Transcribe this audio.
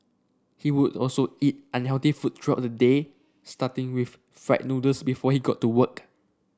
he would also eat unhealthy food throughout the day starting with fried noodles before he got to work